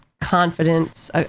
confidence